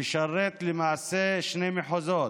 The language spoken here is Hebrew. משרת למעשה שני מחוזות,